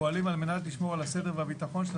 פועלים על מנת לשמור על הסדר והביטחון של